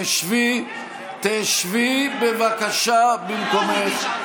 תשבי בבקשה במקומך.